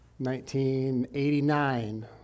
1989